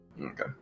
Okay